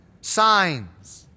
signs